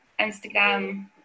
Instagram